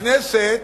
הכנסת,